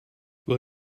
will